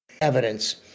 evidence